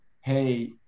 hey